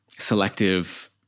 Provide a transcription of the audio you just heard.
selective